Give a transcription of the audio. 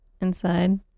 inside